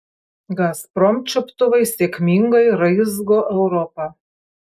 gazprom čiuptuvai sėkmingai raizgo europą